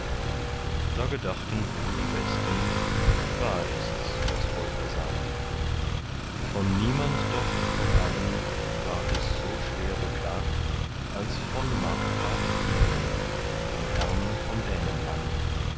da gedachten wohl die besten wahr ist's was volker sagt von niemand doch von allen ward es so schwer beklagt als von markgraf iring dem herrn von dänenland